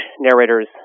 narrators